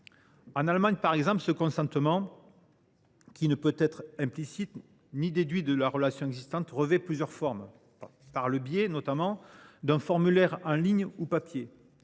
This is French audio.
En Allemagne, par exemple, ce consentement, qui ne peut être ni implicite ni déduit d’une relation existante, revêt plusieurs formes : un formulaire en ligne ou papier